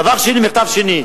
דבר שני, מכתב שני.